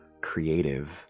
creative